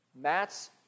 Matt's